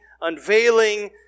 unveiling